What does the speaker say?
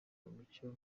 umucyo